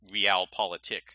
realpolitik